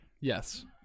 Yes